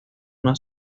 una